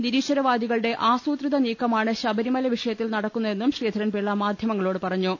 നിരീശ്വരവാദികളുടെ ആസൂത്രിത നീക്കമാണ് ശബരിമല വിഷയത്തിൽ നടക്കുന്നതെന്നും ശ്രീധ രൻപിള്ള മാധ്യമങ്ങളോട് പറഞ്ഞു